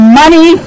money